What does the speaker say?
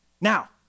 Now